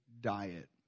diet